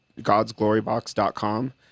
godsglorybox.com